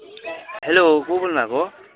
hello को बोल्नु भएको